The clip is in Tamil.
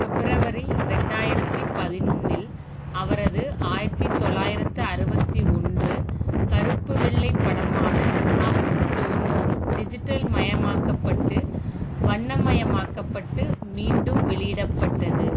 பிப்ரவரி இரண்டாயிரத்து பதினொன்றில் அவரது ஆயிரத்து தொள்ளாயிரத்து அறுபத்து ஒன்று கருப்பு வெள்ளை படமான ஹம் டோனோ டிஜிட்டல் மயமாக்கப்பட்டு வண்ணமயமாக்கப்பட்டு மீண்டும் வெளியிடப்பட்டது